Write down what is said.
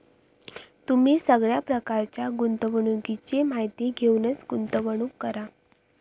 तुम्ही सगळ्या प्रकारच्या गुंतवणुकीची माहिती घेऊनच गुंतवणूक करा